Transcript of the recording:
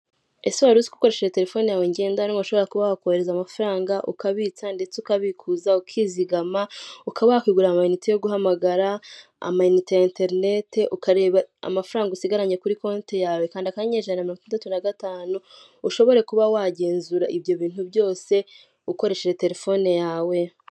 Ese waruziko ukoresheje telefone yawe ngendanwa ushobora kuba wakohereza amafaranga, ukabitsa ndetse ukabikuza, ukizigama ukaba wakigurira amayinite yo guhamagara, amayinite ya interineti, ukareba amafaranga usigaranye kuri konti yawe? Kanda akanyenyeri ijana na mirongo itandatu n'agatanu ushobore kuba wagenzura ibyo bintu byose ukoresheje telefone yawe.